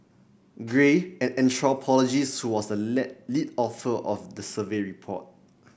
gray an anthropologist who was the led lead author of the survey report